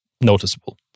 noticeable